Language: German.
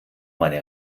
meine